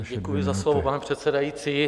Děkuji za slovo, pane předsedající.